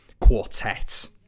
quartet